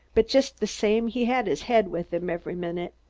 but just the same he had his head with him every minute.